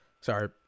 Sorry